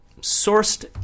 sourced